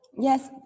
Yes